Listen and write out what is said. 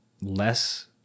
less